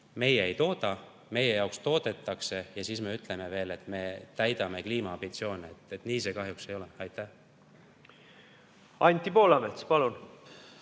meie ei tooda, meie jaoks toodetakse, ent me ütleme, et me täidame kliimaambitsioone. Nii see kahjuks ei ole. Anti Poolamets, palun!